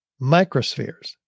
microspheres